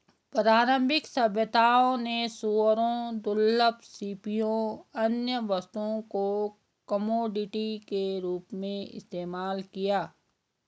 प्रारंभिक सभ्यताओं ने सूअरों, दुर्लभ सीपियों, अन्य वस्तुओं को कमोडिटी के रूप में इस्तेमाल किया